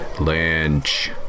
Lynch